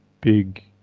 big